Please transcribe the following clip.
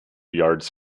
yards